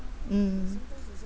mm